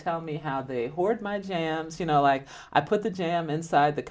tell me how to hoard my jams you know like i put the jam inside the